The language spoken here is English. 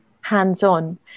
hands-on